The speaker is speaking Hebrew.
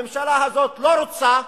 הממשלה הזאת לא רוצה,